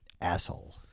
Asshole